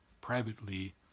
privately